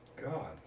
God